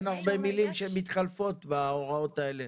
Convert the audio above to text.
אין הרבה מילים שמתחלפות בהוראות אלה,